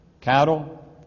cattle